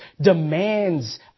demands